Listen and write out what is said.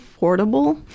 affordable